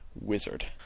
wizard